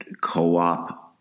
co-op